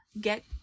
get